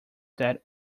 that